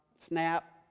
Snap